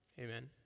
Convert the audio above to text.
Amen